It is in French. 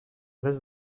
reste